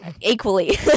equally